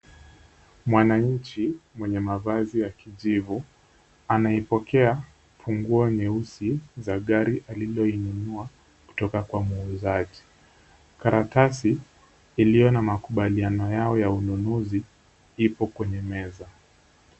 Mwananchi mwenye mavazi ya kijivu anaipokea funguo nyeusi za gari aliloinunua kutoka kwa muuzaji. Karatasi iliyo na makubaliano yao ya ununuzi ipo kwenye meza.